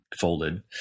folded